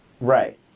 Right